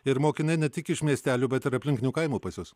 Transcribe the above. ir mokiniai ne tik iš miestelių bet ir aplinkinių kaimų pas jus